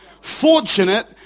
fortunate